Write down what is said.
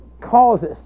causes